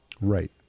Right